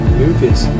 movies